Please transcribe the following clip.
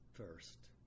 First